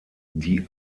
die